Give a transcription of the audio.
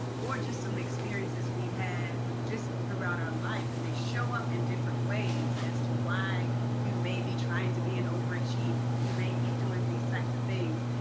or just some experiences we've had just throughout our life. and they show up in different ways as to why you may be trying to be an overachiever, or you may be doing these types of things.